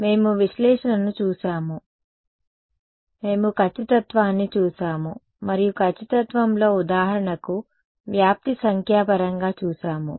కాబట్టి మేము విశ్లేషణను చూశాము మేము ఖచ్చితత్వాన్ని చూశాము మరియు ఖచ్చితత్వంతో ఉదాహరణకు వ్యాప్తి సంఖ్యాపరంగా చూసాము